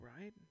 right